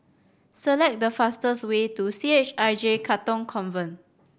select the fastest way to C H I J Katong Convent